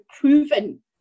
proven